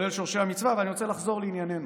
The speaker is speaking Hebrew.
מצווה ס"ט בפרשת משפטים.